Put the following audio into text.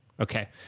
Okay